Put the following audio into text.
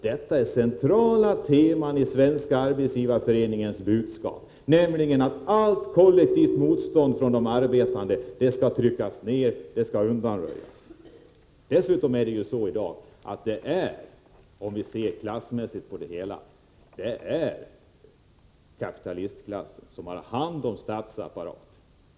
Detta är centrala teman i Svenska arbetsgivareföreningens budskap, och det betyder att allt kollektivt motstånd från de arbetande skall tryckas ner, skall undanröjas. Dessutom är det i dag, om vi ser klassmässigt på det hela, kapitalistklassen som har hand om statsapparaten.